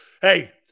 Hey